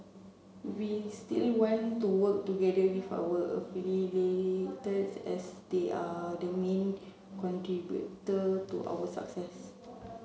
we still want to work together with our as they are the main contributor to our success